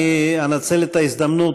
אני אנצל את ההזדמנות,